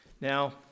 Now